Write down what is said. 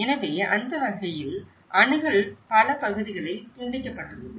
எனவே அந்த வகையில் அணுகல் பல பகுதிகளில் துண்டிக்கப்பட்டுள்ளது